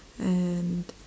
and